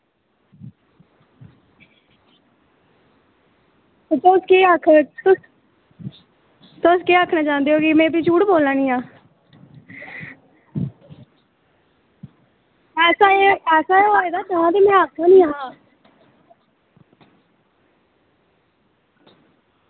असें केह् आक्खा दे तुस तुस केह् आक्खना चाहंदे की में झूठ बोल्ला नी आं असें में बाद ई आक्खा नी आं